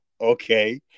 okay